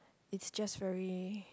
it's just very